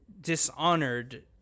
Dishonored –